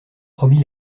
promis